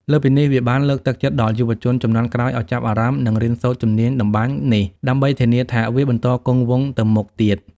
លើសពីនេះ វាបានលើកទឹកចិត្តដល់យុវជនជំនាន់ក្រោយឲ្យចាប់អារម្មណ៍ និងរៀនសូត្រជំនាញតម្បាញនេះ ដើម្បីធានាថាវាបន្តគង់វង្សទៅមុខទៀត។